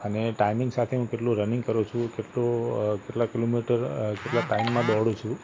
અને ટાઇમિંગ સાથે હું કેટલું રનિંગ કરું છું કેટલું કેટલા કિલોમીટર કેટલા ટાઈમમાં દોડું છું